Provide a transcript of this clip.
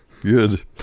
good